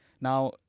Now